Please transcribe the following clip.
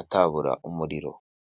atabura umuriro.